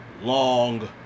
long